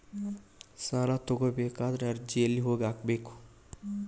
ಸಾಲ ತಗೋಬೇಕಾದ್ರೆ ಅರ್ಜಿ ಎಲ್ಲಿ ಹೋಗಿ ಹಾಕಬೇಕು?